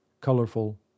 Colorful